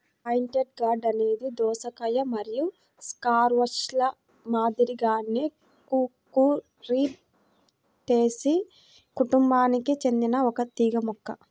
pointed gourd అనేది దోసకాయ మరియు స్క్వాష్ల మాదిరిగానే కుకుర్బిటేసి కుటుంబానికి చెందిన ఒక తీగ మొక్క